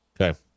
Okay